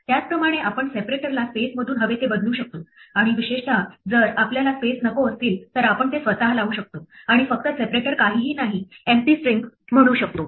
त्याचप्रमाणे आपण सेपरेटरला स्पेसमधून हवे ते बदलू शकतो आणि विशेषत जर आपल्याला स्पेस नको असतील तर आपण ते स्वतः लावू शकतो आणि फक्त सेपरेटरकाहीही नाही एम्पटी स्ट्रिंग म्हणू शकतो